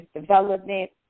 development